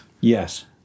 Yes